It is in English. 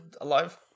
alive